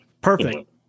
Perfect